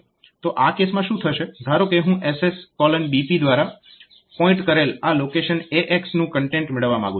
તો આ કેસમાં શું થશે ધારો કે હું SSBP દ્વારા પોઇન્ટ કરેલ આ લોકેશન AX નું કન્ટેન્ટ મેળવવા માંગું છું